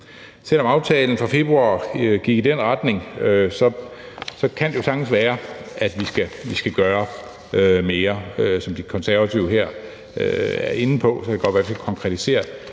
Selv om aftalen fra februar gik i den retning, kan det jo sagtens være, at vi skal gøre mere. Som De Konservative her er inde på, kan det godt være, at vi skal konkretisere